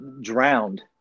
drowned